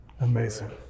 amazing